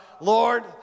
Lord